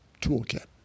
toolkit